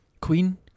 Queen